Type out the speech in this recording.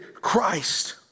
Christ